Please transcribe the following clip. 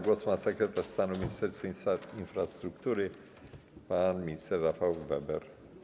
Głos ma sekretarz stanu w Ministerstwie Infrastruktury pan minister Rafał Weber.